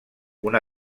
una